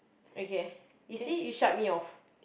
okay you see you shut me off